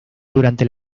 durante